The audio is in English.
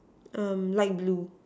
um light blue